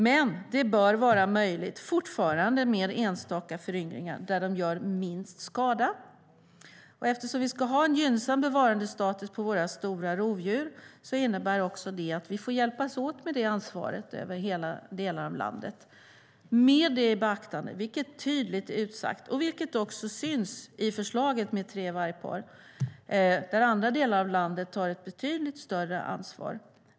Men det bör fortfarande vara möjligt med enstaka föryngringar där de gör minst skada. Eftersom vi ska ha en gynnsam bevarandestatus på våra stora rovdjur innebär det att vi får hjälpas åt med det ansvaret över delar av landet. Med det i beaktande, vilket är tydligt utsagt och vilket också syns i förslaget om tre vargpar, tar andra delar av landet ett betydligt större ansvar.